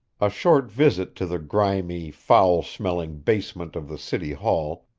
a short visit to the grimy, foul-smelling basement of the city hall,